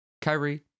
Kyrie